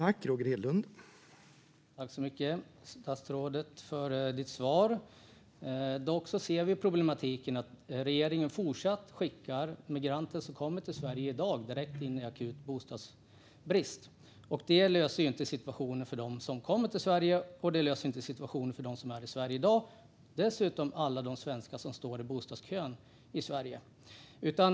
Herr talman! Jag tackar för statsrådets svar. Vi ser dock problemet med att regeringen fortsätter att skicka migranter som i dag kommer till Sverige direkt in i akut bostadsbrist. Det löser inte situationen för dem som kommer till Sverige, och det löser inte situationen för dem som befinner sig i Sverige i dag eller för alla de svenskar som står i bostadskön.